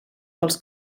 vols